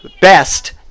Best